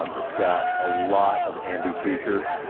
um it's got a lot of ambi features.